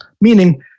meaning